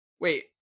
Wait